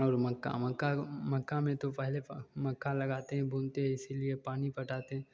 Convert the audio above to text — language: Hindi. और मक्का मक्का मक्का में तो पहले मक्का लगाते हैं बुनते है इसीलिए पानी पटाते